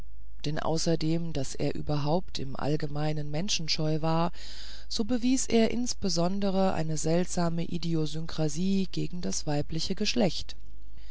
denn außerdem daß er überhaupt im allgemeinen menschenscheu war so bewies er insbesondere eine seltsame idiosynkrasie gegen das weibliche geschlecht